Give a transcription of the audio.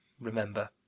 remember